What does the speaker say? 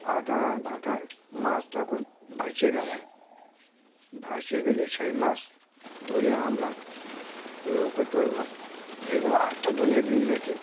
আধা ভাঁটায় মাছ তখন ভেসে গেল ভেসে গেলে সেই মাছ ধরে আমরা নৌকোয় তুললাম এবার আরেকটা ডোনে গিয়ে দেখি